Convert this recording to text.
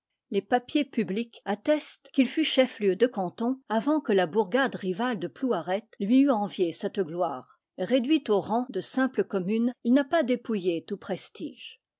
les papiers publics attestent qu'il fut chef-lieu de canton avant que la bourgade rivale de plouaret lui eût envié cette gloire réduit au rang de simple commune il n'a pas dépouillé tout prestige